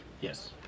Yes